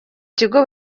kigo